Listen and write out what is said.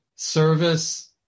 Service